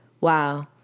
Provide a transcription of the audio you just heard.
wow